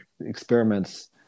experiments